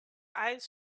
eyes